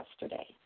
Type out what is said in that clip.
yesterday